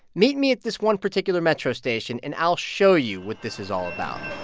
meet me at this one particular metro station, and i'll show you what this is all about